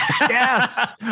Yes